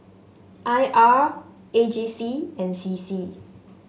I R A G C and C C